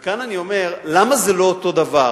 וכאן אני אומר, למה זה לא אותו הדבר?